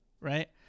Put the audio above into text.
right